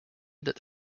that